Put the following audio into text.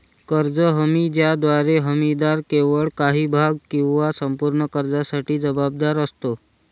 कर्ज हमी ज्याद्वारे हमीदार केवळ काही भाग किंवा संपूर्ण कर्जासाठी जबाबदार असतो